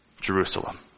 Jerusalem